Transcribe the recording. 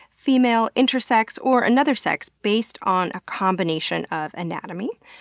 female, intersex, or another sex based on a combination of anatomy,